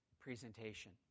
presentation